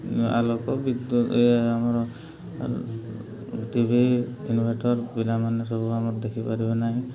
ଆଲୋକ ବିଦ୍ୟୁତ ଇଏ ଆମର ଟିଭି ଇନ୍ଭେଟର୍ ପିଲାମାନେ ସବୁ ଆମର ଦେଖିପାରିବେ ନାହିଁ